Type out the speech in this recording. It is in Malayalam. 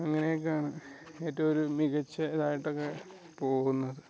അങ്ങനെ ഒക്കെയാണ് ഏറ്റവും ഒരു മികച്ച ഇതായിട്ടൊക്കെ പോകുന്നത്